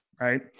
right